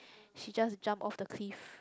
she just jump off the cliff